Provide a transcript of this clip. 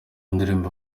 ndirimbo